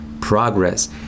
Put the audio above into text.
progress